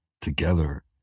together